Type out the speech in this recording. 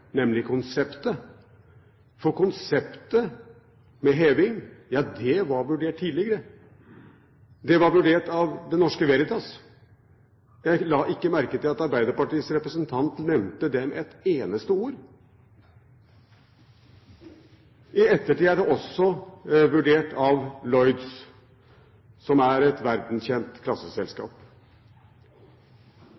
nemlig konseptet, for konseptet med heving var vurdert tidligere, av Det Norske Veritas. Jeg la ikke merke til at Arbeiderpartiets representant nevnte det med et eneste ord. I ettertid er det også vurdert av Lloyd's, som er et verdenskjent